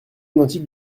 identiques